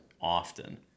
often